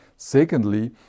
Secondly